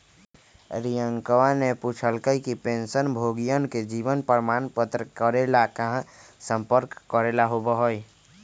रियंकावा ने पूछल कई कि पेंशनभोगियन के जीवन प्रमाण पत्र जमा करे ला कहाँ संपर्क करे ला होबा हई?